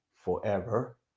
forever